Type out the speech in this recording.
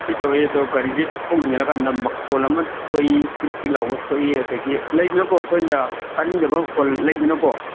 ꯁꯤ ꯇꯧꯏ ꯑꯗꯣ ꯒꯥꯔꯤꯁꯤ ꯊꯣꯡ ꯊꯤꯡꯖꯤꯜꯂ ꯀꯥꯟꯗ ꯃꯈꯣꯜ ꯑꯃ ꯊꯣꯛꯏ ꯀ꯭ꯔꯤꯛ ꯀ꯭ꯔꯤꯛ ꯂꯥꯎꯕ ꯊꯣꯛꯏ ꯑꯗꯒꯤ ꯂꯩꯗꯅꯀꯣ ꯑꯩꯈꯣꯏꯅ ꯇꯥꯅꯤꯡꯗꯕ ꯃꯈꯣꯜ ꯂꯩꯗꯅꯀꯣ